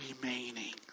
remaining